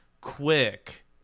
quick